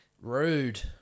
rude